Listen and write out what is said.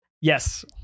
Yes